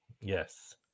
Yes